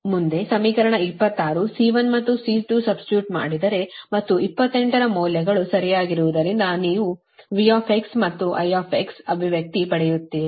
ಮುಂದೆ ಸಮೀಕರಣದ 26 C1 ಮತ್ತು C2 ಸಬ್ಸ್ಟಿಟ್ಯೂಟ್ ಮಾಡಿದರೆ ಮತ್ತು 28 ರ ಮೌಲ್ಯಗಳು ಸರಿಯಾಗಿರುವುದರಿಂದ ನೀವು V ಮತ್ತು I ಅಭಿವ್ಯಕ್ತಿ ಪಡೆಯುತ್ತೀರಿ